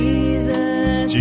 Jesus